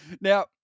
Now